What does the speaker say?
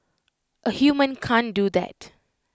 A human can't do that